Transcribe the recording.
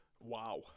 Wow